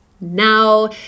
now